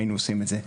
היינו עושים את זה.